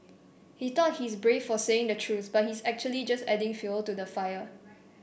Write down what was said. he thought his brave for saying the truth but his actually just adding fuel to the fire